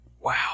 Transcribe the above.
Wow